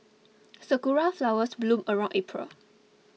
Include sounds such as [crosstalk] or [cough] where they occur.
[noise] sakura flowers bloom around April [noise]